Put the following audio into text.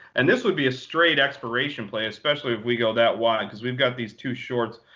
and this would be a straight expiration play, especially if we go that wide. because we've got these two shorts.